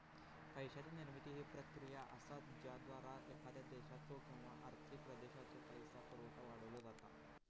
पैशाची निर्मिती ही प्रक्रिया असा ज्याद्वारा एखाद्या देशाचो किंवा आर्थिक प्रदेशाचो पैसो पुरवठा वाढवलो जाता